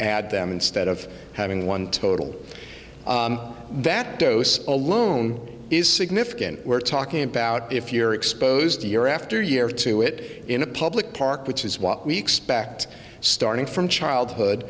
add them instead of having one total that goes alone is significant we're talking about if you're exposed to year after year to it in a public park which is what we expect starting from